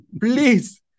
please